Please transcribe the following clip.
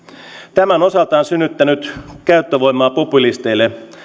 tämä on osaltaan synnyttänyt käyttövoimaa populisteille